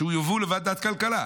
שיובאו לוועדת הכלכלה,